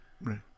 Right